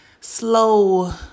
slow